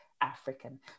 African